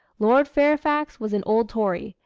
lord fairfax was an old tory,